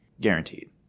guaranteed